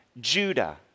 Judah